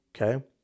okay